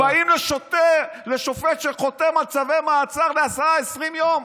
ובאים לשופט שחותם על צווי מעצר ל-10 20 יום,